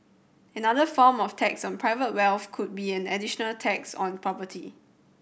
another form of tax on private wealth could be an additional tax on property